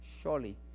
surely